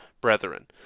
brethren